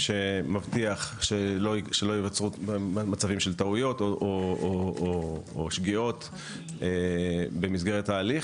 שמבטיח שלא ייווצרו מצבים של טעויות או שגיאות במסגרת ההליך.